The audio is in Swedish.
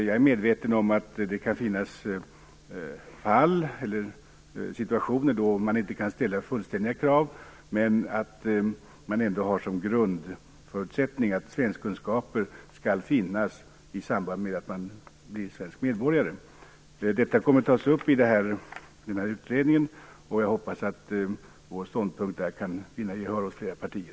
Jag är medveten om att det kan finnas situationer då det inte kan ställas fullständiga krav men att man ändå har som grundförutsättning att kunskaper i svenska skall finnas i samband med att man blir svensk medborgare. Detta kommer att tas upp i denna utredning, och jag hoppas att vår ståndpunkt där kan vinna gehör hos flera partier.